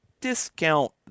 discount